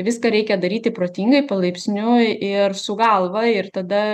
viską reikia daryti protingai palaipsniui ir su galva ir tada